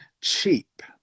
cheap